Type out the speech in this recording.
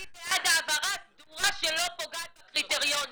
אני בעד העברה סדורה שלא פוגעת בקריטריונים.